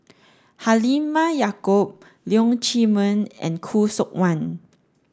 Halimah Yacob Leong Chee Mun and Khoo Seok Wan